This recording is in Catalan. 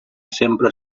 sempre